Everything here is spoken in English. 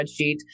spreadsheet